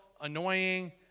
annoying